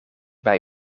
bij